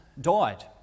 died